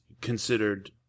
considered